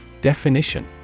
Definition